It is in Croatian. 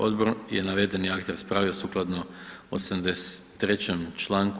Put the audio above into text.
Odbor je navedeni akt raspravio sukladno 83. čl.